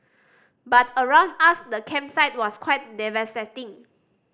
but around us the campsite was quite devastating